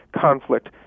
conflict